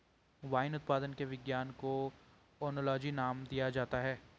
wine उत्पादन के विज्ञान को ओनोलॉजी नाम दिया जाता है